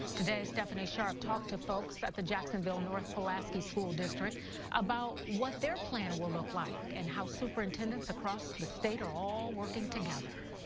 today stephanie sharp talked to folks at the jacksonville north pulaski school district about what their plan will look like. and how superintendents across the state are all working together.